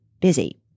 busy